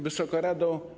Wysoka Rado!